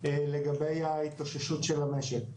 לגבי ההתאוששות של המשק.